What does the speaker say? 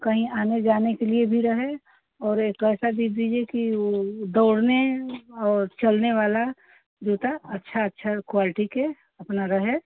कहीं आने जाने के लिए भी रहे और एक ऐसा दीजिए कि वो दौड़ने और चलने वाला जूता अच्छा अच्छा क्वालटी के अपना रहे